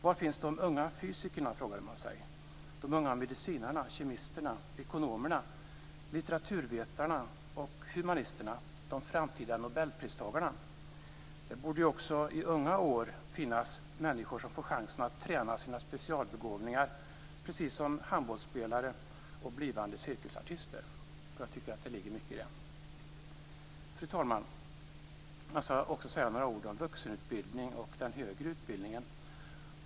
Var finns de unga fysikerna, medicinarna, kemisterna, ekonomerna, litteraturvetarna och humanisterna - de framtida Nobelpristagarna? Det borde också för människor i unga år finnas möjlighet att träna sina specialbegåvningar, precis som handbollsspelare och blivande cirkusartister. Jag tycker att det ligger mycket i detta. Fru talman! Jag skall också säga några ord om vuxenutbildningen och den högre utbildningen.